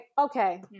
okay